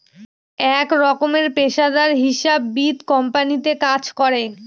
এক রকমের পেশাদার হিসাববিদ কোম্পানিতে কাজ করে